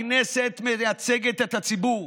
הכנסת מייצגת את הציבור,